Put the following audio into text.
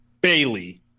Bailey